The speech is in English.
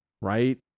right